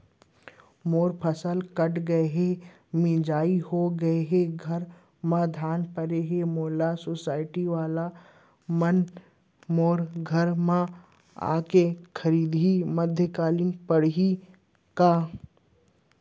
मोर फसल कट गे हे, मिंजाई हो गे हे, घर में धान परे हे, ओला सुसायटी वाला मन मोर घर म आके खरीद मध्यकालीन पड़ही का?